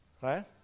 right